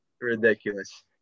ridiculous